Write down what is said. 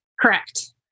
Correct